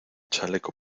chaleco